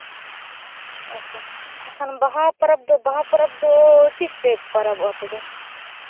ᱟᱪᱪᱷᱟ ᱢᱮᱱᱠᱷᱟᱱ ᱵᱟᱦᱟ ᱯᱚᱨᱚᱵᱽ ᱫᱚ ᱵᱟᱦᱟ ᱯᱚᱨᱚᱵᱽ ᱫᱚ ᱛᱤᱥ ᱯᱮ ᱯᱚᱨᱚᱵᱚᱜᱼᱟ ᱟᱯᱮ ᱫᱚ